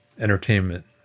entertainment